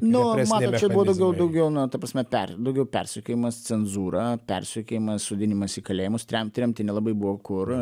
nu matot čia buvo daugiau na ta prasme per daugiau persekiojimas cenzūra persekiojimas sodinimas į kalėjimus tremt tremti nelabai buvo kur